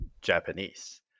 Japanese